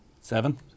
Seven